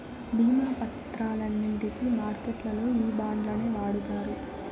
భీమా పత్రాలన్నింటికి మార్కెట్లల్లో ఈ బాండ్లనే వాడుతారు